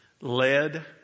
Led